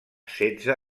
setze